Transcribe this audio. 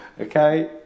Okay